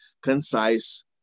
concise